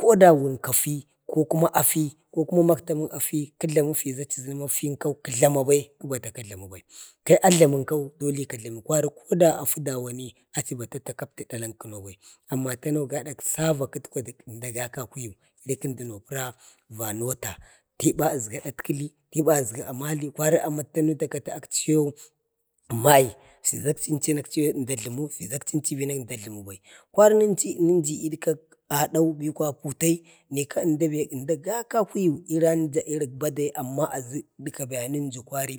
koda wun kafi ko kuma afiko maktamənk afi kajlamu fiʒa achi ʒənə mama fin kau kəjlama bai. to ajlamən kau to dole ka jlami, kwari koda afu dani achi bata ta kapti dalan kənau bai. tanau gada sava katkwa ənida ga kakuyu dəno pəra ga nauta. tiba əʒga adatkəli aʒga amali kori amafə takati akchiyau mai. fiʒa akchi ənchi bina əmda ajləmi bai. kwari nənchu, nəju i dekak a putai nika əmda ga gakakuyu iranja irik bade amma aʒu eka baya nunji kwari